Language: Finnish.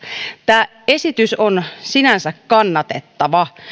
tämä esitys on sinänsä kannatettava